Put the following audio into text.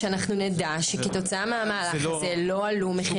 שאנחנו נדע שכתוצאה מהמהלך הזה לא עלו מחירי הפרמיות.